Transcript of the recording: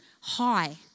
high